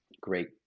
great